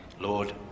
Lord